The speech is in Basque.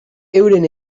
euren